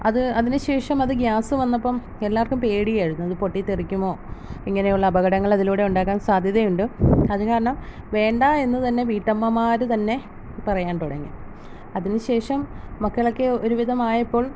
അത് അതിന് ശേഷം അത് ഗ്യാസ് വന്നപ്പം എല്ലാവർക്കും പേടിയായിരുന്നു അത് പൊട്ടി തെറിക്കുമോ ഇങ്ങനെയുള്ള അപകടങ്ങളതിലൂടെ ഉണ്ടാകാൻ സാധ്യതയുണ്ട് അത് കാരണം വേണ്ട എന്ന് തന്നെ വീട്ടമ്മമാർ തന്നെ പറയാൻ തുടങ്ങി അതിന് ശേഷം മക്കൾ ഒക്കെ ഒരുവിധം ആയപ്പോൾ